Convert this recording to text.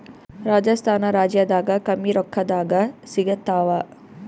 ರಾಜಸ್ಥಾನ ರಾಜ್ಯದಾಗ ಕಮ್ಮಿ ರೊಕ್ಕದಾಗ ಸಿಗತ್ತಾವಾ?